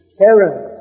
parents